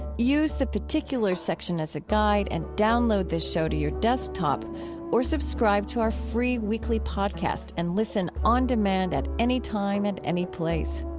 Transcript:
use the particulars section as a guide and download this show to your desktop or subscribe to our free weekly podcast and listen on demand at any time and any place.